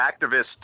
activists